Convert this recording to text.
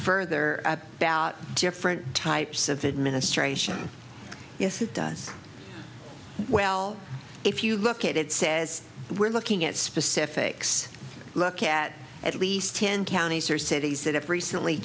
further about different types of it ministration yes it does well if you look at it says we're looking at specifics look at at least ten counties or cities that have recently